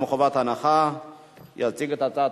היא תועבר להמשך